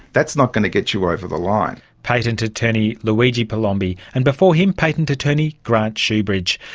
that's not going to get you over the line. patent attorney luigi palombi, and before him, patent attorney grant shoebridge,